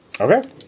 Okay